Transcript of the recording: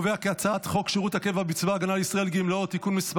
חוק שירות הקבע בצבא הגנה לישראל (גמלאות) (תיקון מס'